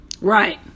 Right